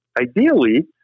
ideally